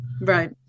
Right